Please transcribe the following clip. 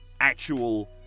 actual